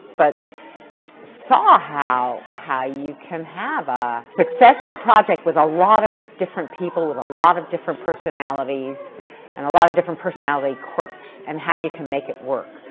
but saw how how you can have a successful project with a lot of different people with a lot of different personalities and a lot of different personality quirks, and how you can make it work.